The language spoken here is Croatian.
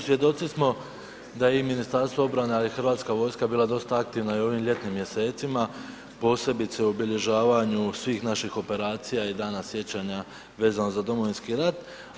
Svjedoci smo da i Ministarstvo obrane, ali i Hrvatska vojska bila dosta aktivna i u ovim ljetnim mjesecima, posebice u obilježavanju svih naših operacija i dan sjećanja vezano za Domovinski rat.